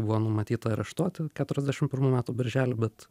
buvo numatyta areštuoti keturiasdešimt pirmų metų birželį bet